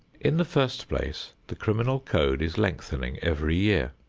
in the first place, the criminal code is lengthening every year.